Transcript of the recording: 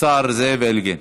השר זאב אלקין.